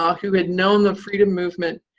um who had known the freedom movement,